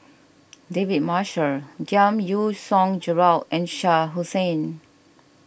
David Marshall Giam Yean Song Gerald and Shah Hussain